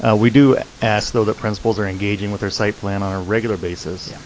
ah we do ask, though, that principals are engaging with their site plan on a regular basis, yeah